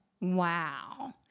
wow